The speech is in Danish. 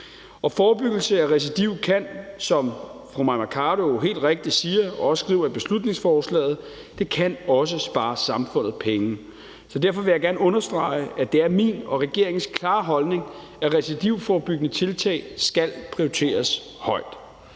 Forebyggelse af recidiv kan, som fru Mai Mercado helt rigtigt siger og også skriver i beslutningsforslaget, også spare samfundet penge. Derfor vil jeg gerne understrege, at det er min og regeringens klare holdning, at recidivforebyggende tiltag skal prioriteres højt.